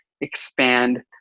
expand